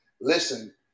listen